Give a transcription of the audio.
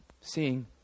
seeing